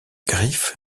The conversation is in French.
griffes